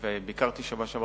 ביקרתי בשבוע שעבר